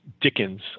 Dickens